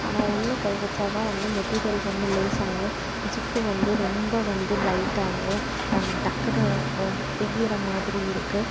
ஆனா உள்ளே கை வெச்சா தான் வந்து மெட்டீரியல் ரொம்ப லேசாகவும் ஜிப்பு வந்து ரொம்ப வந்து லைட்டாகவும் டக்குன்னு கோ பிய்யிற மாதிரி இருக்கு